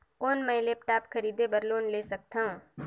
कौन मैं लेपटॉप खरीदे बर लोन ले सकथव?